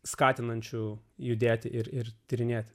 skatinančių judėti ir ir tyrinėti